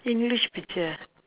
english picture